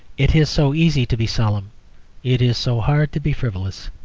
it is so easy to be solemn it is so hard to be frivolous.